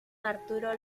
arturo